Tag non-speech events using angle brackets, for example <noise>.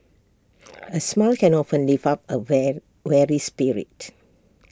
<noise> A smile can often lift up A wear weary spirit